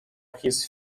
his